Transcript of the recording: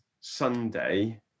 sunday